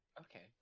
Okay